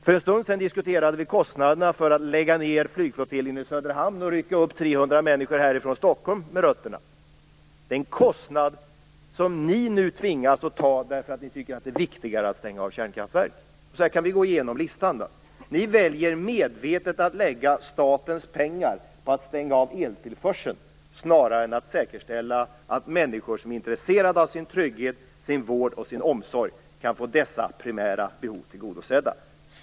För en stund sedan diskuterade vi kostnaderna för att man skall lägga ned flygflottiljen i Söderhamn och rycka upp 300 människor med rötterna från Stockholm. Det är en kostnad som ni nu tvingas att ta därför att ni tycker att det är viktigare att stänga av kärnkraftverk. Så här kan vi gå igenom listan. Ni väljer medvetet att lägga statens pengar på att stänga av eltillförseln snarare än att säkerställa att människor som är intresserade av sin trygghet, vård och omsorg kan få dessa primära behov tillgodosedda.